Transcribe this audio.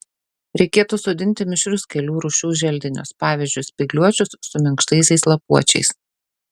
reikėtų sodinti mišrius kelių rūšių želdinius pavyzdžiui spygliuočius su minkštaisiais lapuočiais